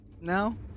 No